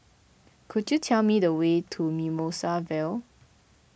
could you tell me the way to Mimosa Vale